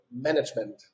management